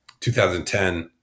2010